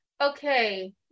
Okay